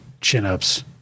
chin-ups